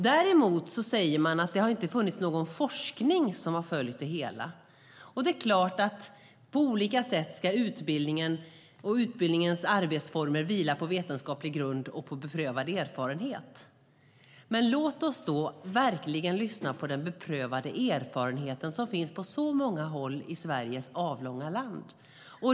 Däremot säger man att det inte har funnits någon forskning som följt det hela. Det är klart att utbildningen och dess arbetsformer på olika sätt ska vila på vetenskaplig grund och beprövad erfarenhet. Men låt oss då verkligen lyssna på den beprövade erfarenhet som finns på så många håll i Sveriges avlånga land!